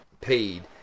paid